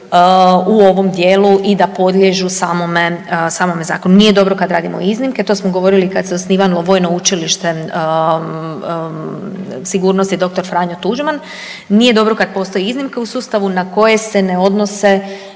u ovom dijelu i da podliježu samome zakonu. Nije dobro kad radimo iznimke to smo govorili kad se osnivalo Vojno učilište sigurnosti dr. Franjo Tuđman, nije dobro kad postoji iznimka u sustavu na koje se ne odnose